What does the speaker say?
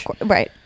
Right